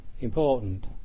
important